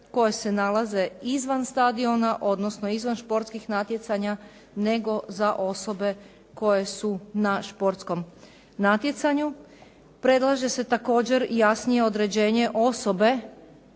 koje se nalaze izvan stadiona, odnosno izvan športskih natjecanja, nego za osobe koje su na športskom natjecanju. Predlaže se također jasnije određenje osobe